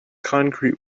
concrete